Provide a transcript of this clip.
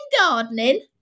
gardening